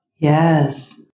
Yes